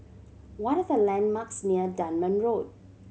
what are the landmarks near Dunman Road